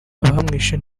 abamwishe